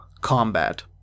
combat